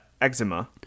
eczema